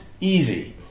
easy